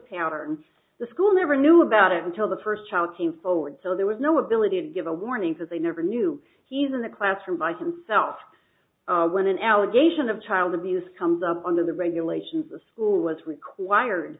pattern the school never knew about it until the first child came forward so there was no ability to give a warning because they never knew he's in the classroom by himself when an allegation of child abuse comes up under the regulations the school was required